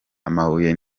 amabuye